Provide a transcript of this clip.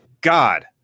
God